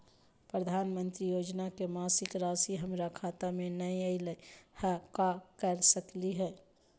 प्रधानमंत्री योजना के मासिक रासि हमरा खाता में नई आइलई हई, का कर सकली हई?